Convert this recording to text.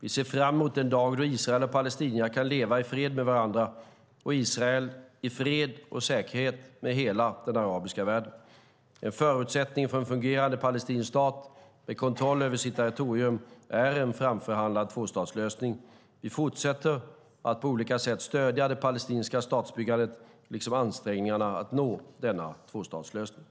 Vi ser fram emot den dag då Israel och Palestina kan leva i fred med varandra, och Israel i fred och säkerhet med hela den arabiska världen. En förutsättning för en fungerande palestinsk stat med kontroll över sitt territorium är en framförhandlad tvåstatslösning. Vi fortsätter att på olika sätt stödja det palestinska statsbyggandet liksom ansträngningarna att nå denna tvåstatslösning.